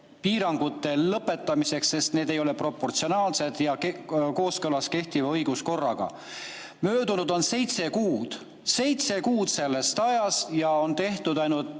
piirangute lõpetamiseks, sest need ei ole proportsionaalsed ja kooskõlas kehtiva õiguskorraga. Möödunud on seitse kuud. Seitse kuud sellest ajast ja on tehtud vist